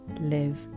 live